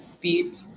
beep